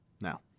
Now